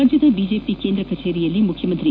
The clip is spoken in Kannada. ರಾಜ್ಯದ ಬಿಜೆಪಿ ಕೇಂದ್ರ ಕಚೇರಿಯಲ್ಲಿ ಮುಖ್ಯಮಂತ್ರಿ ಬಿ